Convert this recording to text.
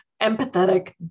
empathetic